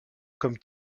comme